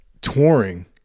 touring